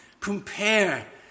Compare